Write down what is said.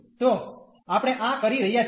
તો આપણે આ કરી રહ્યા છીએ